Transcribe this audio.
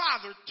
father